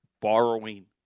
Borrowing